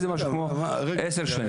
זה משהו כמו עשר שנים.